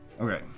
Okay